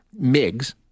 MiGs